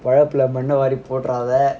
கோவத்துலமண்ணவாரிபோற்றாத:kovadhula manna vaari porratha